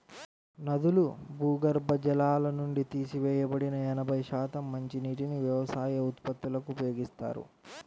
నదులు, భూగర్భ జలాల నుండి తీసివేయబడిన ఎనభై శాతం మంచినీటిని వ్యవసాయ ఉత్పత్తులకు ఉపయోగిస్తారు